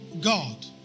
God